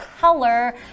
color